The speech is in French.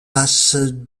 passe